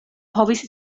povis